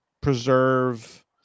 preserve